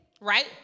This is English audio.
Right